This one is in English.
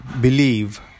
believe